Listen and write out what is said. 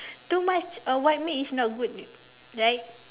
too much uh white meat is not good right